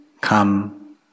come